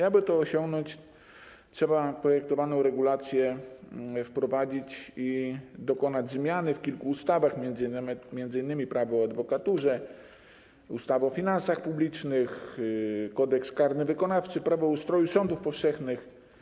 Aby to osiągnąć, trzeba projektowaną regulację wprowadzić i dokonać zmiany w kilku ustawach, m.in. w ustawie - Prawo o adwokaturze, w ustawie o finansach publicznych, w Kodeksie karnym wykonawczym, w ustawie - Prawo o ustroju sądów powszechnych.